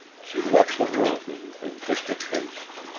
she left the room in vindictive haste.